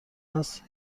است